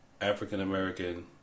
african-american